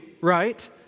Right